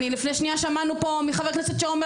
לפני שניה שמענו פה חבר כנסת שאומר